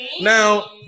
Now